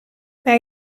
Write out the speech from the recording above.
bij